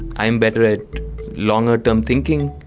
i am better at longer-term thinking,